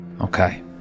Okay